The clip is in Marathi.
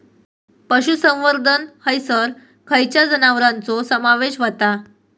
पशुसंवर्धन हैसर खैयच्या जनावरांचो समावेश व्हता?